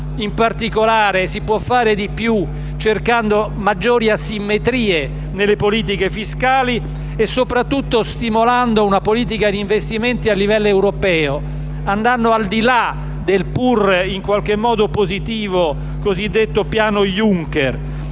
in particolare cercando maggiori asimmetrie nelle politiche fiscali e soprattutto stimolando una politica di investimenti a livello europeo, andando al di là del pur positivo cosiddetto piano Juncker.